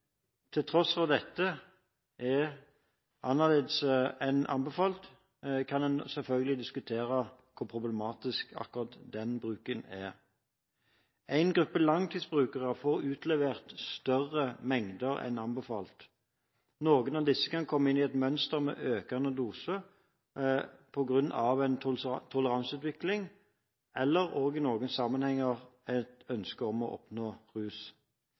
Til tross for at dette er annerledes enn anbefalt, kan man selvfølgelig diskutere hvor problematisk akkurat den bruken er. En gruppe langtidsbrukere får utlevert større mengder enn anbefalt. Noen av disse kan komme inn i et mønster med økende dose på grunn av en toleranseutvikling eller – i noen sammenhenger – et ønske om å oppnå rus.